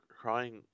crying